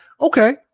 Okay